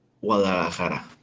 Guadalajara